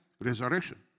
resurrection